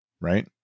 right